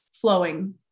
flowing